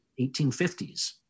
1850s